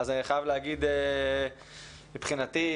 מבחינתי,